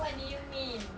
what do you mean